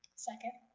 second.